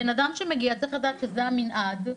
בנאדם שמגיע צריך לדעת שזה המנעד,